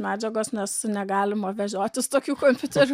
medžiagos nes negalima vežiotis tokių kompiuterių